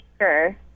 Sure